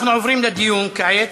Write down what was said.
אנחנו עוברים לדיון כעת.